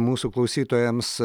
mūsų klausytojams